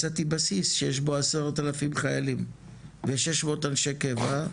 מצאתי בסיס שיש בו 10,000 חיילים ו-600 אנשי קבע.